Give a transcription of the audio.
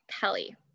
Kelly